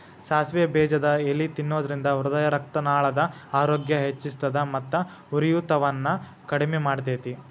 ಸಾಸಿವೆ ಬೇಜದ ಎಲಿ ತಿನ್ನೋದ್ರಿಂದ ಹೃದಯರಕ್ತನಾಳದ ಆರೋಗ್ಯ ಹೆಚ್ಹಿಸ್ತದ ಮತ್ತ ಉರಿಯೂತವನ್ನು ಕಡಿಮಿ ಮಾಡ್ತೆತಿ